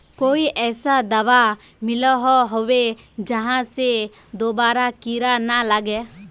कोई ऐसा दाबा मिलोहो होबे जहा से दोबारा कीड़ा ना लागे?